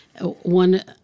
one